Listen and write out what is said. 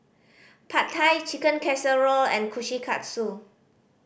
Pad Thai Chicken Casserole and Kushikatsu